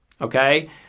Okay